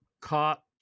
caught